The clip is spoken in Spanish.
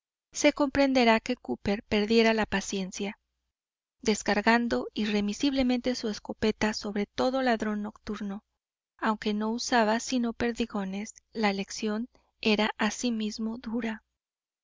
se comprenderá que cooper perdiera la paciencia descargando irremisiblemente su escopeta sobre todo ladrón nocturno aunque no usaba sino perdigones la lección era asimismo dura